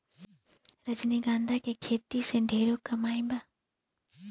रजनीगंधा के खेती से ढेरे कमाई बा